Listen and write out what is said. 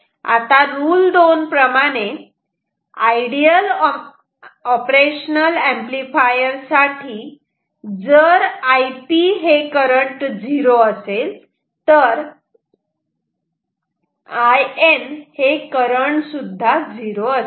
आता रुल 2 प्रमाणे ideal operational amplifier साठी जर Ip 0 असेल तर In हे करंट सुद्धा झिरो असते